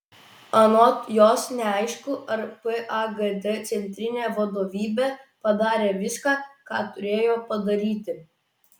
anot jos neaišku ar pagd centrinė vadovybė padarė viską ką turėjo padaryti